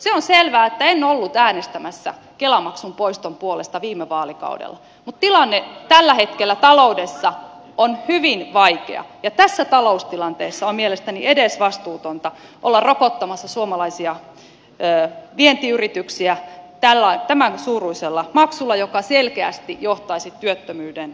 se on selvää että en ollut äänestämässä kela maksun poiston puolesta viime vaalikaudella mutta tilanne tällä hetkellä taloudessa on hyvin vaikea ja tässä taloustilanteessa on mielestäni edesvastuutonta olla rokottamassa suomalaisia vientiyrityksiä tämän suuruisella maksulla joka selkeästi johtaisi työttömyyden kasvuun